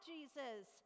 Jesus